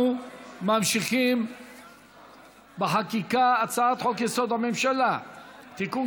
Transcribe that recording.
אנחנו ממשיכים בחקיקה: הצעת חוק-יסוד: הממשלה (תיקון,